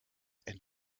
and